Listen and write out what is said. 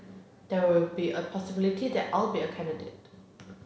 there will be a possibility that I'll be a candidate